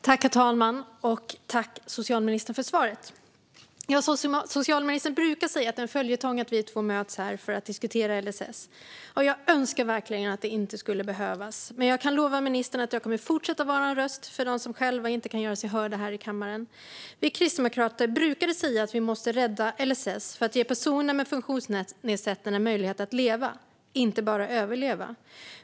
Herr talman! Tack, socialministern, för svaret! Socialministern brukar säga att det är en följetong att vi två möts här för att diskutera LSS. Jag önskar verkligen att det inte skulle behövas. Men jag kan lova ministern att jag kommer fortsätta att vara en röst för dem som inte själva kan göra sig hörda här i kammaren. Vi kristdemokrater brukade säga att vi måste rädda LSS för att ge personer med funktionsnedsättning en möjlighet att leva - inte bara överleva.